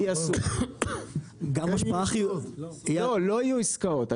לא לא יהיו העסקאות,